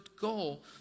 goal